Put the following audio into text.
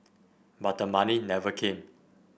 but the money never came